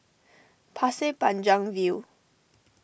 Pasir Panjang View